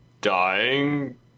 dying